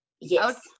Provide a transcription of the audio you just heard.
Yes